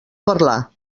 parlar